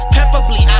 Preferably